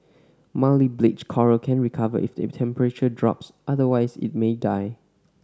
mildly bleached coral can recover if the temperature drops otherwise it may die